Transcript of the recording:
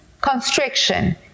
constriction